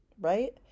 right